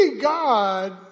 God